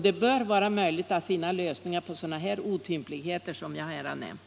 Det bör vara möjligt att finna lösningar på sådana otympligheter som jag här har nämnt.